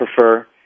prefer